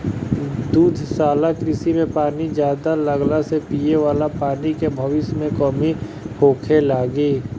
दुग्धशाला कृषि में पानी ज्यादा लगला से पिये वाला पानी के भविष्य में कमी होखे लागि